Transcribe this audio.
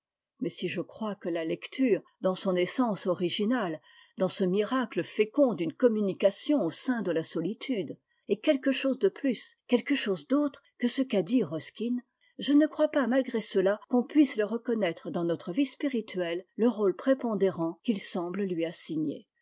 mais si je crois que la lecture dans son essence originale dans ce miracle fécond d'une communication au sein de la solitude est quelque chose de plus quelque chose d'autre que ce qu'a dit ruskin je ne crois pas malgré cela qu'on puisse lui reconnaître dans notre vie spirituelle le rôle prépondérant qu'il semble lui